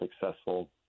successful